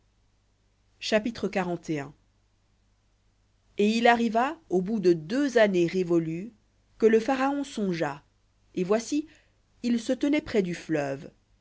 chapitre et il arriva au bout de deux années révolues que le pharaon songea et voici il se tenait près du fleuve